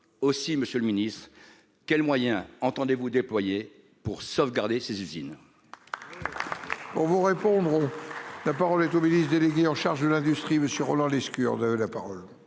Aussi, Monsieur le Ministre, quels moyens entendez-vous déployés pour sauvegarder ses usines.